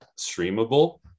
streamable